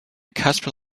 casper